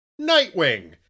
Nightwing